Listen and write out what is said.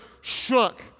shook